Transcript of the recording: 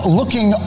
looking